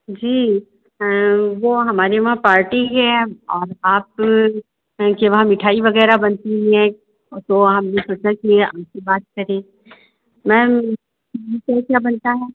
जी वह हमारे वहाँ पार्टी है और आपके वहाँ मिठाई वग़ैरह बनती है तो हमने सोचा कि आपसे बात करें मैम क्या क्या बनता है